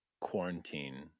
quarantine